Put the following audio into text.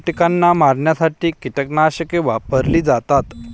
कीटकांना मारण्यासाठी कीटकनाशके वापरली जातात